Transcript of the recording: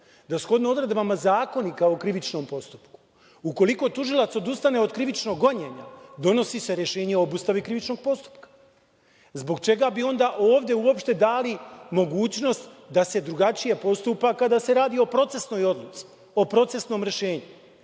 da shodno odredbama Zakonika o krivičnom postupku, ukoliko tužilac odustane od krivičnog gonjenja, donosi se rešenje o obustavi krivičnog postupka. Zbog čega bi onda ovde uopšte dali mogućnost da se drugačije postupa kada se radi o procesnoj odluci, o procesnom rešenju?